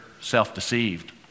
self-deceived